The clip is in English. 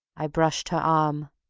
i brushed her arm.